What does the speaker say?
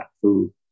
food